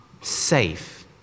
safe